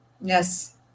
Yes